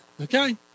Okay